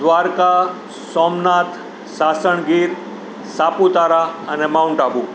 દ્વારકા સોમનાથ સાસણગીર સાપુતારા અને માઉન્ટ આબુ